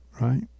right